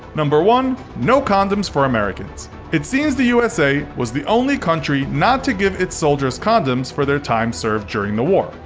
one. no condoms for americans it seems the usa was the only country not to give its soldiers condoms for their time served during the war.